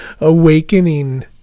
awakening